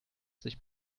sich